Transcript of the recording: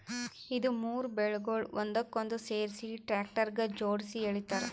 ಇದು ಮೂರು ಬೇಲ್ಗೊಳ್ ಒಂದಕ್ಕೊಂದು ಸೇರಿಸಿ ಟ್ರ್ಯಾಕ್ಟರ್ಗ ಜೋಡುಸಿ ಎಳಿತಾರ್